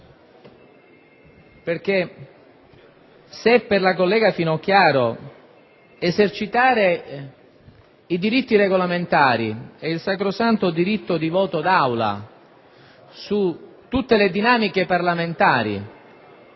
se per la collega Finocchiaro esercitare i diritti regolamentari e il sacrosanto diritto di voto d'Aula su tutte le dinamiche parlamentari